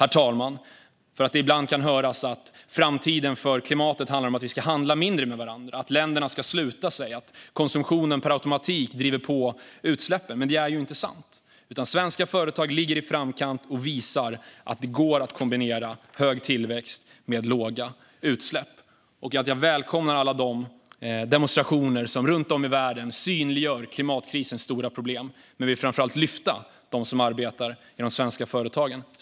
Ibland kan vi få höra att framtiden för klimatet handlar om att vi ska handla mindre med varandra, att länderna ska sluta sig och att konsumtion per automatik driver på utsläppen. Men det är ju inte sant! Svenska företag ligger i framkant och visar att det går att kombinera hög tillväxt med låga utsläpp. Jag välkomnar alla de demonstrationer runt om i världen som synliggör klimatkrisens stora problem, man jag vill framför allt lyfta fram dem som arbetar i de svenska företagen.